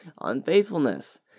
unfaithfulness